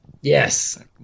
Yes